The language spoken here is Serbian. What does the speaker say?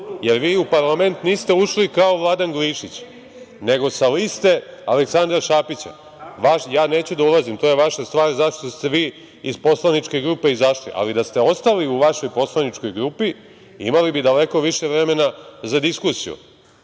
Vi u parlament niste ušli kao Vladan Glišić nego sa liste Aleksandra Šapića. Neću da ulazim u to, to je vaša stvar zašto ste vi iz poslaničke grupe izašli ali da ste ostali u vašoj poslaničkoj grupi imali bi daleko više vremena za diskusiju,